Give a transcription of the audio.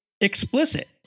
explicit